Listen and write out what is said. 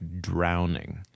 Drowning